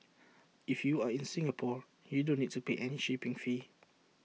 if you are in Singapore you don't need to pay any shipping fee